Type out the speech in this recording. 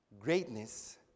Greatness